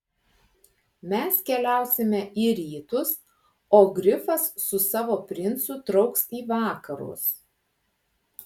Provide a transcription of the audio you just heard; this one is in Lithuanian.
mes keliausime į rytus o grifas su savo princu trauks į vakarus